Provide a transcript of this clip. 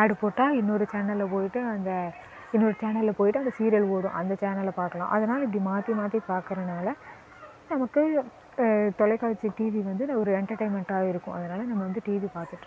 ஆடு போட்டால் இன்னொரு சேனல்ல போய்ட்டு அந்த இன்னொரு சேனல்ல போய்ட்டு அந்த சீரியல் ஓடும் அந்த சேனலை பார்க்கலாம் அதனால் இப்படி மாற்றி மாற்றி பார்க்குறனால நமக்கு தொலைக்காட்சி டிவி வந்து நான் ஒரு என்டர்டைன்மெண்ட்டாக இருக்கும் அதனால நாங்கள் வந்து டிவி பாத்துகிட்ருக்கோம்